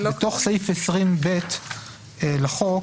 בתוך סעיף 20ב לחוק,